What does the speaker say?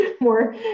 more